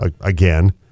again